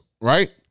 right